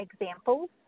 examples